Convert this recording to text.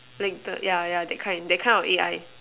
like the yeah yeah that kind that kind of A_I